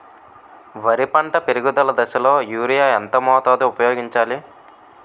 వరి పంట పెరుగుదల దశలో యూరియా ఎంత మోతాదు ఊపయోగించాలి?